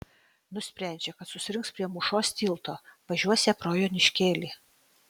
nusprendžia kad susirinks prie mūšos tilto važiuosią pro joniškėlį